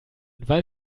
weil